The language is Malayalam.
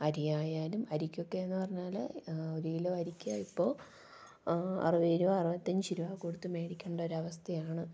അരിയായാലും അരിക്കൊക്കെയെന്നു പറഞ്ഞാല് ഒരു കിലോ അരിക്ക് ഇപ്പോള് അറുപത് രൂപ അറുപത്തിയഞ്ച് രൂപ കൊടുത്ത് മേടിക്കണ്ടൊരവസ്ഥയാണ്